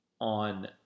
on